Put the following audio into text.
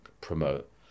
promote